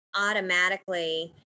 automatically